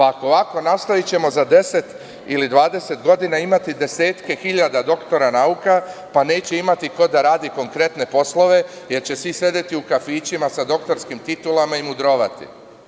Ako ovako nastavimo, mi ćemo za 10 ili 20 godina imati desetine hiljada doktora nauka, pa neće imati ko da radi konkretne poslove, jer će svi sedeti u kafićima sa doktorskim titulama i mudrovati.